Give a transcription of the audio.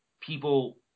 people